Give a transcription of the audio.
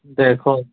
দেৰশ